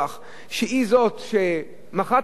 שהיא זאת שמכרה את הרכב הזה,